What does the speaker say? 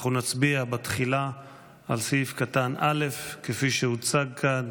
אנחנו נצביע תחילה על סעיף קטן (א) כפי שהוצג כאן.